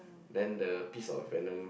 then the piece of vemon